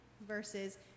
verses